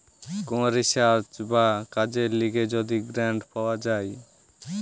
কোন রিসার্চ বা কাজের লিগে যদি গ্রান্ট পাওয়া যায়